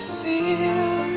feel